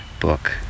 book